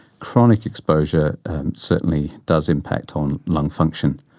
chronic exposure and certainly does impact on lung function.